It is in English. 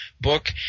book